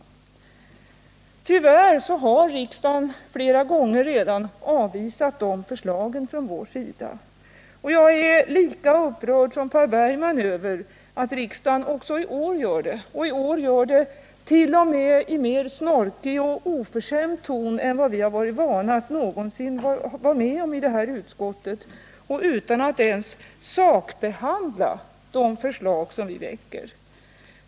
Tyvärr har riksdagen, flera gånger redan, avvisat de här förslagen från vår sida. Jag är lika upprörd som Per Bergman över att riksdagen också i år gör det. I år gör man det t.o.m. i mer snorkig och oförskämd ton än vi någonsin har varit med om i det här utskottet och utan att ens sakbehandla de förslag som vi väcker.